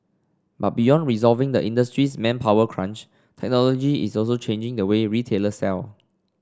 but beyond resolving the industry's manpower crunch technology is also changing the way retailer sell